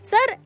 Sir